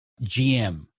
GM